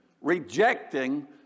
rejecting